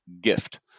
gift